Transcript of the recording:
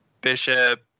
Bishop